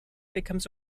becomes